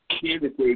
candidate